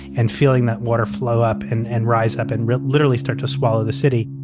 and feeling that water flow up and and rise up, and literally start to swallow the city